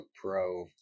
pro